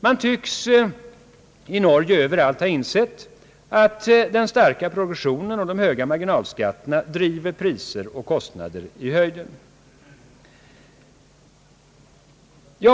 Man tycks i Norge överallt ha insett att den starka progressionen och de höga marginalskatterna driver priser och kostnader i höjden.